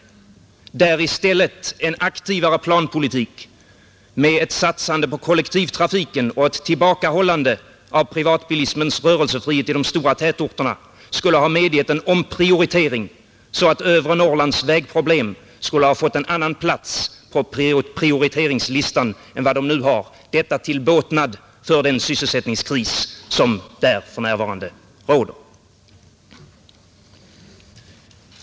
I det sammanhanget skulle en aktivare planpolitik med ett satsande på kollektivtrafiken och ett tillbakahållande av privatbilismens rörelsefrihet i de stora tätorterna i stället ha medgivit en omprioritering, så att övre Norrlands vägproblem skulle ha fått en annan plats på prioriteringslistan än de nu har — detta till båtnad för den sysselsättningskris som där för närvarande råder.